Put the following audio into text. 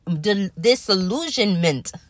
disillusionment